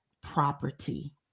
property